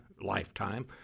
lifetime